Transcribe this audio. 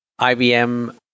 IBM